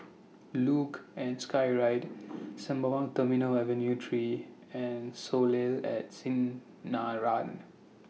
Luge and Skyride Sembawang Terminal Avenue three and Soleil At Sinaran